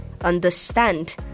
understand